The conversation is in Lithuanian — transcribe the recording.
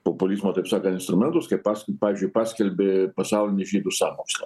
populizmo taip sakant instrumentus kai pas pavyzdžiui paskelbė pasaulinį žydų sąmokslą